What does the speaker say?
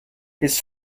his